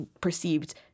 perceived